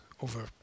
over